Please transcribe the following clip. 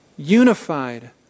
unified